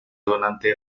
donante